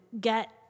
get